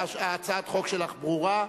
הצעת חוק שלך ברורה.